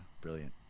brilliant